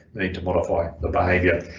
need to modify the behavior.